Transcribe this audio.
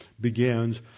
begins